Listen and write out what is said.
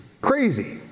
crazy